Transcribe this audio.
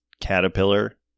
caterpillar